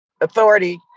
authority